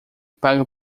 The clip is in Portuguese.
paga